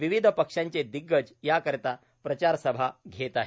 विविध पक्षांचे दिग्गज याकरीता प्रचारसभा घेत आहेत